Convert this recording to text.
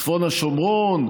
צפון השומרון?